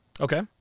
Okay